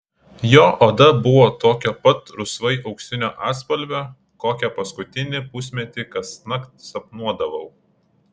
jo oda buvo tokio pat rusvai auksinio atspalvio kokią paskutinį pusmetį kasnakt sapnuodavau